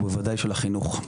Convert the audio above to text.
ובוודאי של החינוך.